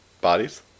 Bodies